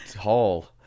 tall